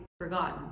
forgotten